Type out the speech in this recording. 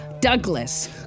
Douglas